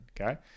okay